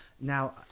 now